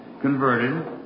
converted